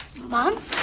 Mom